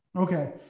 Okay